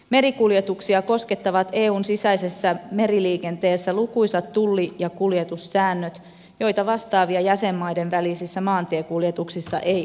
merikuljetuksia koskettavat eun sisäisessä meriliikenteessä lukuisat tulli ja kuljetussäännöt joita vastaavia jäsenmaiden välisissä maantiekuljetuksissa ei ole